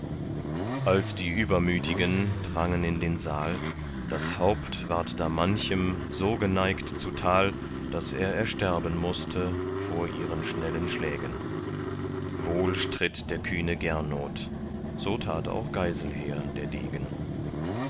als die übermütigen drangen in den saal das haupt ward da manchem so geneigt zutal daß er ersterben mußte vor ihren schnellen schlägen wohl stritt der kühne gernot so tat auch geiselher der degen